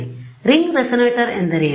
ಆದ್ದರಿಂದ ring resonator ಎಂದರೇನು